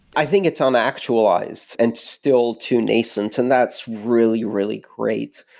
i think it's un-actualized and still too nascent, and that's really, really great.